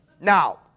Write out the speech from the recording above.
Now